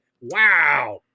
Wow